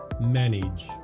manage